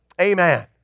Amen